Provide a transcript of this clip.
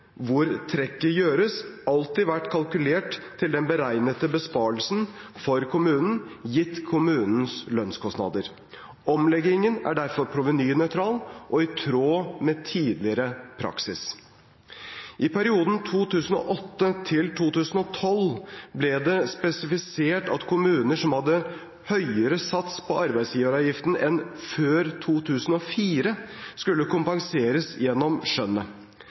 hvor trekket gjøres, alltid vært kalkulert til den beregnede besparelsen for kommunen gitt kommunens lønnskostnader. Omleggingen er derfor provenynøytral og i tråd med tidligere praksis. I perioden 2008–2012 ble det spesifisert at kommuner som hadde høyere sats på arbeidsgiveravgiften enn før 2004, skulle kompenseres gjennom skjønnet.